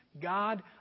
God